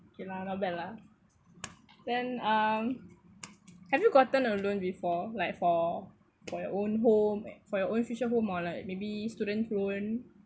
okay lah not bad lah then um have you gotten a loan before like for for your own home for your own future home or like maybe student's loan